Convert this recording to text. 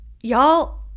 Y'all